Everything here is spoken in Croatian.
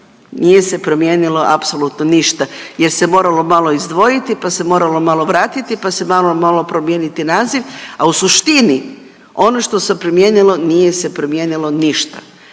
nije se promijenilo apsolutno ništa, jer se moralo malo izdvojiti, pa se moralo malo vratiti, pa se malo moralo promijeniti naziv, a u suštini ono što se promijenilo nije se promijenilo ništa.